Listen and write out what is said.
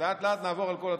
לאט-לאט נעבור על כל התקנון.